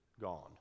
gone